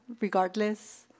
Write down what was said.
regardless